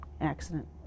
accident